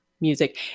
music